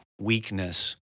weakness